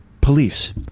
police